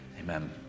amen